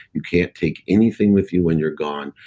you can't take anything with you when you're gone.